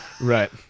Right